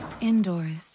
indoors